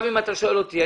אם אתה שואל אותי,